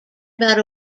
about